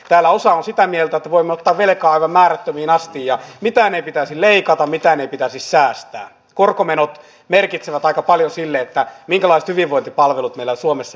täällä usa on sitä mieltä voiman pavelec ahvenmäärättömiin asti ja mitään ei pitäisi leikata keskustelua ei pitäisi säästää korkomenot merkitsevät aika paljon sille että mitä varten ja voitipalvelut meillä syntynyt